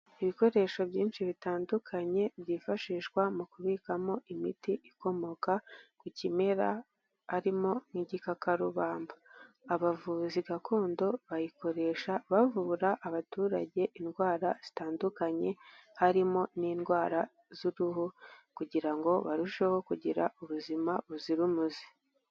Ibikoresho byinshi bitandukanye byifashishwa mu kubikamo imiti ikomoka ku kimera harimo n'igikakarubamba, abavuzi gakondo bayikoresha bavura abaturage indwara zitandukanye, harimo n'indwara z'uruhu kugira ngo barusheho kugira ubuzima buzira umuze.